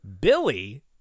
Billy